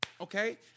okay